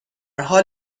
حال